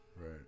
Right